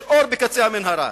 יש אור בקצה המנהרה,